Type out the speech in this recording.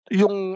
yung